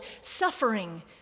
suffering